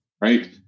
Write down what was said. right